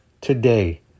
today